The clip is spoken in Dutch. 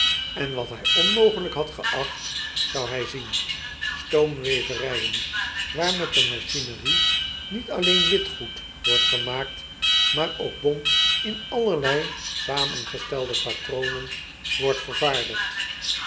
en wat hij onmogelijk had geacht dat zou hij zien stoomweverijen waar met de machinerie niet alleen wit goed wordt gemaakt maar ook bont in allerlei zamengestelde patronen wordt vervaardigd